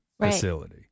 facility